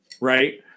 right